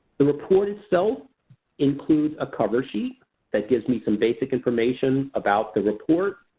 the report itself includes a cover sheet that gives me some basic information about the report.